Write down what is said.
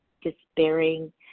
despairing